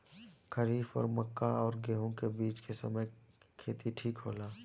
खरीफ और मक्का और गेंहू के बीच के समय खेती ठीक होला?